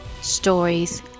stories